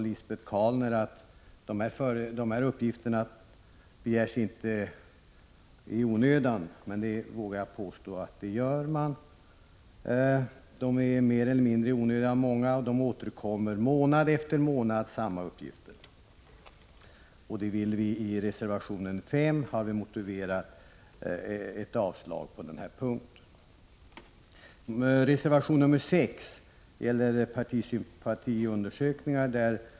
Lisbet Calner sade att uppgifterna inte begärs in i onödan. Jag vågar påstå att så är fallet. Många uppgifter är mer eller mindre onödiga, och samma uppgifter återkommer månad efter månad. I reservation nr 5 har vi motiverat en ändring på denna punkt. Reservation nr 6 gäller partisympatiundersökningar.